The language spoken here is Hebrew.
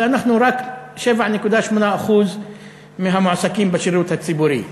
אבל אנחנו רק 7.8% מהמועסקים בשירות הציבורי.